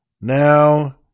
Now